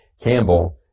Campbell